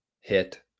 hit